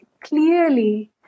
clearly